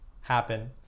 happen